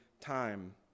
time